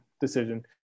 decision